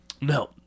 No